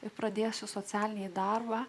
ir pradėsiu socialinį darbą